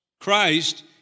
Christ